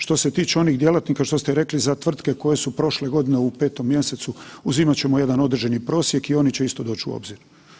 Što se tiče onih djelatnika što ste rekli za tvrtke koje su prošle godine u 5. mjesecu, uzimat ćemo jedan određeni prosjek i oni će isto doći u obzir.